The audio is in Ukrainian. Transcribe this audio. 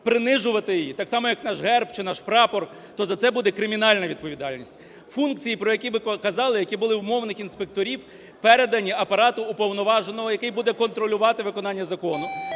принижувати так само як наш герб чи наш прапор, то за це буде кримінальна відповідальність. Функції, про які ви казали, які були в мовних інспекторів, передані апарату Уповноваженого, який буде контролювати виконання закону,